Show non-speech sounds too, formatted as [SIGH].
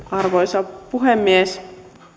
[UNINTELLIGIBLE] arvoisa puhemies